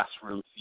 classroom